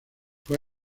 fue